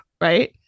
Right